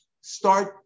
Start